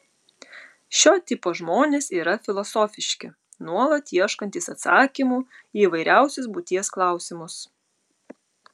šio tipo žmonės yra filosofiški nuolat ieškantys atsakymų į įvairiausius būties klausimus